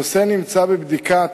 הנושא נמצא בבדיקת